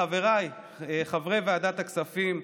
לחבריי חברי ועדת הכספים,